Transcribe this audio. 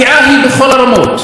גם בחברתית,